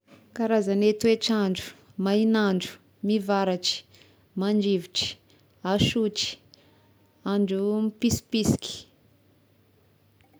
Karazagne toetr'andro: main'andro, mivaratry, mandrivotry, asotry, andro mpisipisiky.